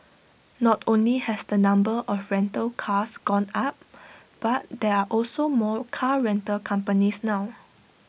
not only has the number of rental cars gone up but there are also more car rental companies now